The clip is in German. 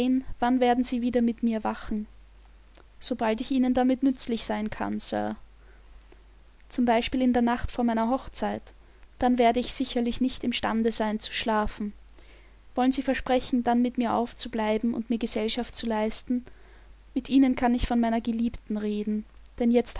wann werden sie wieder mit mir wachen sobald ich ihnen damit nützlich sein kann sir zum beispiel in der nacht vor meiner hochzeit dann werde ich sicherlich nicht imstande sein zu schlafen wollen sie versprechen dann mit mir aufzubleiben und mir gesellschaft zu leisten mit ihnen kann ich von meiner geliebten reden denn jetzt